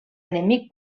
enemic